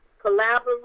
collaborate